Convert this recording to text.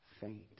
faint